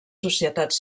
societats